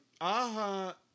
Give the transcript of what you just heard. Aha